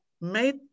made